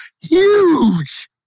huge